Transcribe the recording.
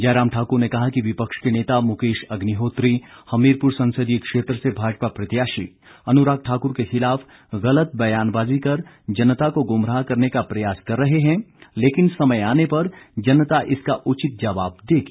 जयराम ठाक्र ने कहा कि विपक्ष के नेता मुकेश अग्निहोत्री हमीरपुर संसदीय क्षेत्र से भाजपा प्रत्याशी अनुराग ठाकुर के खिलाफ गलत बयानबाजी कर जनता को गुमराह करने का प्रयास कर रहे हैं लेकिन समय आने पर जनता इसका उचित जवाब देगी